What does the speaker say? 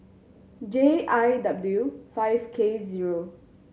J I W five K zero